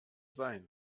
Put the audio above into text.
sein